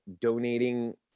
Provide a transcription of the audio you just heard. donating